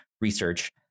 research